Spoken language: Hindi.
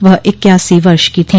वह इकयासी वर्ष की थी